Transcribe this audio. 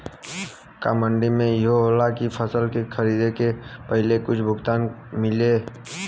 का मंडी में इहो होला की फसल के खरीदे के पहिले ही कुछ भुगतान मिले?